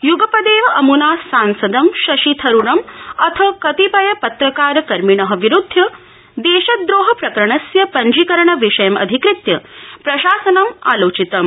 य्गपोव अम्ना सांस शशि थरूरं अथ कतिपय पत्रकार कर्मिण विरूद्धय ोशद्रोह प्रकरणस्य पंजीकरण विषयम् अधिकृत्य प्रशासनं आलोचितम्